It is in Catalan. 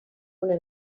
una